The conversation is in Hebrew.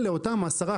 אלה אותם 10%,